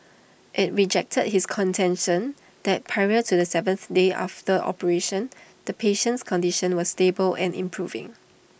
IT rejected his contention that prior to the seventh day after operation the patient's condition was stable and improving